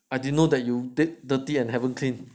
I didn't know you d~ dirty and never clean